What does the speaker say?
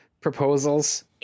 proposals